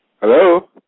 Hello